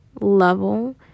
level